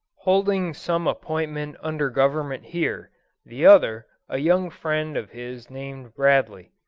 holding some appointment under government here the other, a young friend of his named bradley.